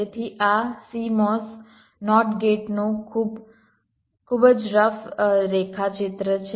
તેથી આ CMOS NOT ગેટનું ખૂબ જ રફ રેખાચિત્ર છે